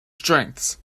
strengths